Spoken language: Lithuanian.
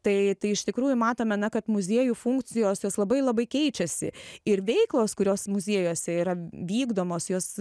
tai tai iš tikrųjų matome kad muziejų funkcijos jos labai labai keičiasi ir veiklos kurios muziejuose yra vykdomos jos